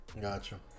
Gotcha